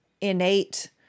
innate